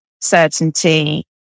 Certainty